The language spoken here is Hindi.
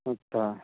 अच्छा